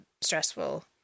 stressful